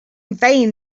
vain